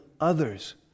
others